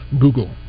Google